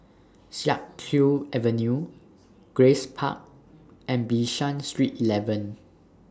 Siak Kew Avenue Grace Park and Bishan Street eleven